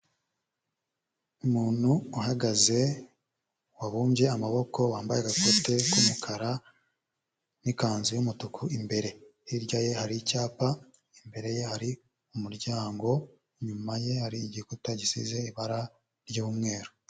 Umuntu uhagaze wabumbye amaboko wambaye agakote k'umukara n'ikanzu y'umutuku, imbere hirya ye hari icyapa, imbere ye hari umuryango, inyuma ye hari igikuta gisize ibara ry'umweru.